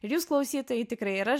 ir jūs klausytojai tikrai ir aš